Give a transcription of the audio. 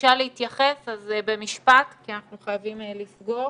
ביקשה להתייחס, אז במשפט, כי אנחנו חייבים לסגור,